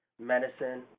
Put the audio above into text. medicine